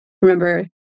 remember